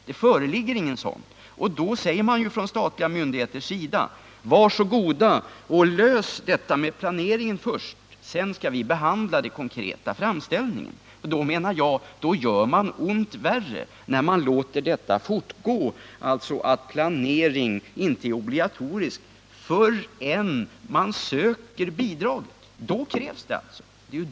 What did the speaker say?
Då säger man från de statliga myndigheterna: Var så god och lös frågan om planeringen först! Sedan skall vi behandla den konkreta framställningen. Jag menar att man gör ont värre genom att fortsätta att inte kräva planering förrän kommunen söker bidrag.